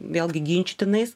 vėlgi ginčytinais